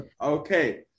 Okay